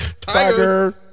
Tiger